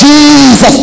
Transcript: Jesus